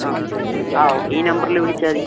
ആ ആ ഓക്കെ ഈ നമ്പറിൽ വിളിച്ചാൽ മതി